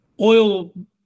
oil